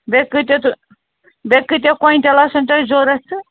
بیٚیہِ کۭتیٛاہ تہٕ بیٚیہِ کۭتیٛاہ کوینٛٹل آسَن تۄہہِ ضوٚرَتھ تہٕ